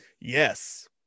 Yes